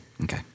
Okay